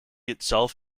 itself